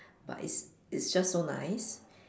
but it's it's just so nice